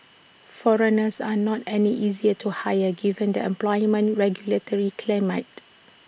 foreigners are not any easier to hire given the employment regulatory climate